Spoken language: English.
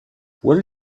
will